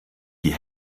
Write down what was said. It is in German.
die